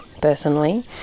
personally